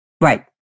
Right